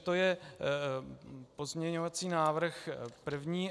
To je pozměňovací návrh první.